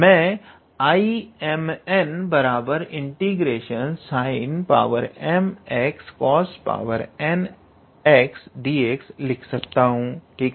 मैं 𝐼𝑚n∫𝑠𝑖𝑛𝑚𝑥𝑐𝑜𝑠𝑛𝑥𝑑𝑥 लिख सकता हूं ठीक है